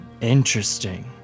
Interesting